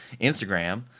Instagram